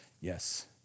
Yes